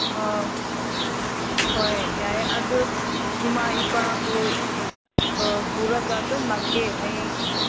ꯑꯣ ꯍꯣꯏ ꯌꯥꯏꯌꯦ ꯑꯗꯨ ꯏꯃꯥ ꯏꯄꯥꯕꯨ ꯄꯨꯔꯒ ꯑꯗꯨꯝ ꯂꯥꯛꯀꯦ ꯍꯌꯦꯡ